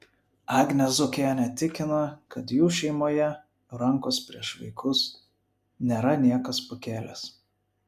agnė zuokienė tikina kad jų šeimoje rankos prieš vaikus nėra niekas pakėlęs